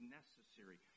necessary